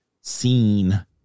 seen